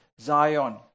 Zion